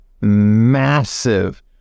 massive